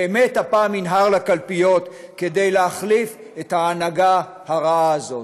באמת הפעם ינהר לקלפיות כדי להחליף את ההנהגה הרעה הזאת.